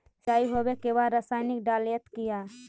सीचाई हो बे के बाद रसायनिक डालयत किया?